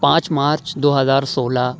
پانچ مارچ دو ہزار سولہ